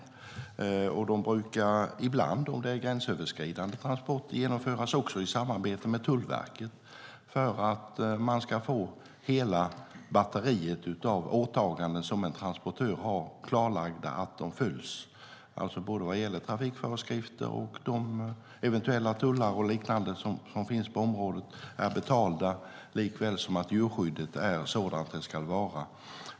Dessa kontroller genomförs ibland, om det är gränsöverskridande transport, i samarbete med Tullverket för att se att hela batteriet av de åtaganden som en transportör har följs, både vad gäller trafikföreskrifter och vad gäller att se om eventuella tullar och sådant är betalda och om djurskyddet är sådant som det ska vara.